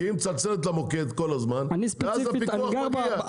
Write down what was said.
כי היא כל הזמן מצלצלת למוקד, ואז הפיקוח מגיע.